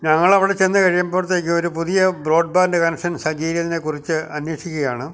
ഞങ്ങൾ അവിടെ ചെന്നു കഴിയുമ്പോഴത്തേക്കും ഒരു പുതിയ ബ്രോഡ്ബാൻഡ് കണക്ഷൻ സജ്ജീകലിനെ കുറിച്ചു അന്വേഷിക്കുകയാണ്